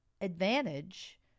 advantage